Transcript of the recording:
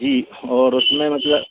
जी और उसमें मतलब